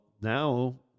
now